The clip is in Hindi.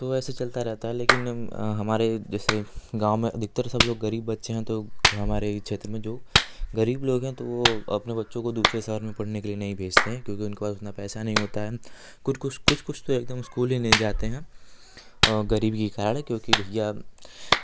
तो वैसे चलता रहता है लेकिन हमारे जैसे गाँव में अधिकतर सब लोग ग़रीब बच्चे हैं तो हमारे ही क्षेत्र में जो ग़रीब लोग हैं तो वो अपने बच्चों को दूसरे शहर में पढ़ने के लिए नहीं भेजते हैं क्योंकि उनके पास उतना पैसा नहीं होता है कुछ कुछ कुछ तो एकदम स्कूल ही नहीं जाते हैं ग़रीबी के कारण क्योंकि भैया